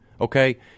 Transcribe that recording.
okay